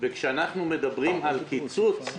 וכשאנחנו מדברים על קיצוץ,